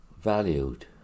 valued